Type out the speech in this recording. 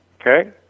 Okay